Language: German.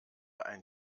ein